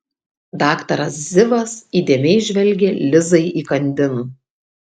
daktaras zivas įdėmiai žvelgė lizai įkandin